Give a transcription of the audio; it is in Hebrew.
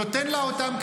נותן לה אותם,